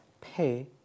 pay